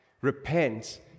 Repent